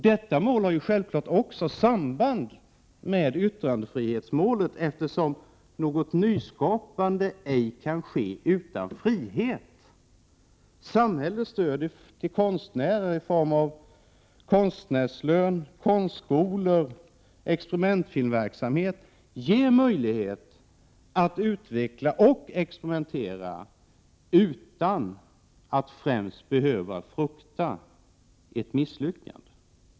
Detta mål har självfallet också samband med yttrandefrihetsmålet, eftersom något nyskapande ej kan ske utan frihet. Samhällets stöd till konstnärer, i form av konstnärslön, konstskolor och experimentfilmverksamhet, ger dem möjligheter att utveckla och experimentera utan att främst behöva frukta ett misslyckande.